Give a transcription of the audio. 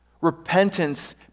Repentance